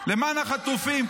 --- למען החטופים,